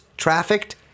Trafficked